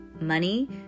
money